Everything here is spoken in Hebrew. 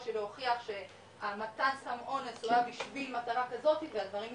הקושי להוכיח שהמתן סם אונס אירע בשביל מטרה כזאתי והדברים מסתבכים.